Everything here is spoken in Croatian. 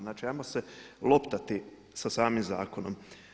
Znači, ajmo se loptati sa samim zakonom.